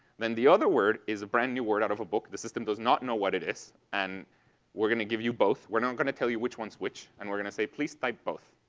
then the other word is a brand new word out of a book. the system does not know what it is, and we're going to give you both. we're not going to tell you which one's which, and we're going to say, please type both.